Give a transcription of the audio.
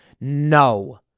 no